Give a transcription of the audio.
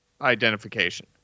identification